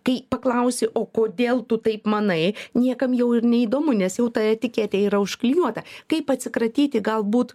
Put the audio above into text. kai paklausi o kodėl tu taip manai niekam jau ir neįdomu nes jau ta etiketė yra užklijuota kaip atsikratyti galbūt